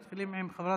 1121,